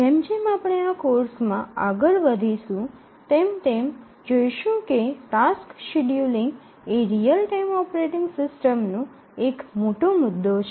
જેમ જેમ આપણે આ કોર્ષમાં આગળ વધીશું તેમ તેમ જોઈશું કે ટાસ્ક શેડ્યુલિંગ એ રીઅલ ટાઇમ ઓપરેટિંગ સિસ્ટમ નો એક મોટો મુદ્દો છે